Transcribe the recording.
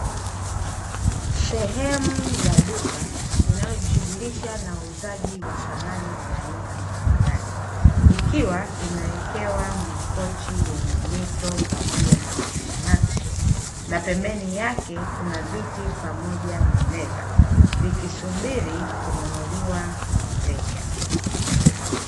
Sehemu ya duka inayojishughulisha na uuzaji wa samani za aina mbalimbali. Ikiwa imewekewa makochi yenye mito pamoja na nakshinakshi, na pembeni yake kuna viti pamoja na meza, ikisubiri kununuliwa na wateja.